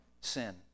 sin